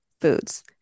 foods